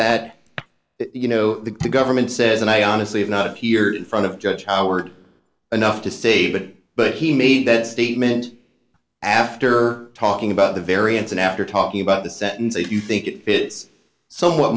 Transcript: that you know the government says and i honestly have not here in front of judge howard enough to say but but he made that statement after talking about the variance and after talking about the sentence if you think it fits somewhat